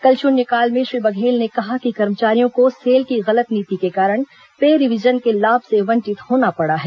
कल शुन्यकाल में श्री बघेल ने कहा कि कर्मचारियों को सेल की गलत नीति के कारण पे रिवीजन के लाभ से वंचित होना पड़ा है